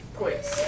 points